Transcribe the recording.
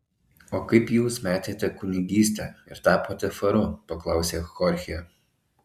o kaip jūs metėte kunigystę ir tapote faru paklausė chorchė